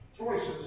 choices